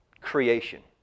creation